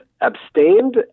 abstained